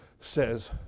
says